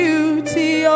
Beauty